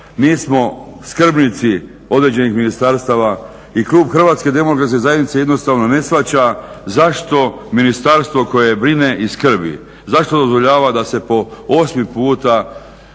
Mi smo skrbnici određenih ministarstava i klub HDZ-a jednostavno ne shvaća zašto ministarstvo koje brine i skrbi zašto dozvoljava da se po 8.puta